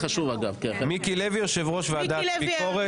מיקי לוי יושב-ראש ועדת ביקורת, שליש-שליש.